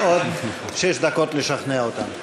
עוד שש דקות לשכנע אותנו.